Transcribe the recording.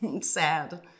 sad